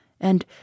and